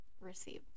received